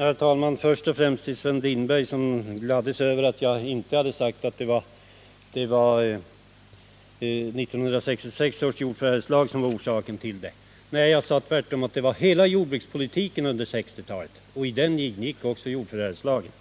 Herr talman! Sven Lindberg gladde sig över att jag inte sagt att 1966 års jordförvärvslag var orsaken. Nej, orsaken var hela jordbrukspolitiken under 1960-talet, och i den ingick också jordförvärvslagen.